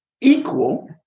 equal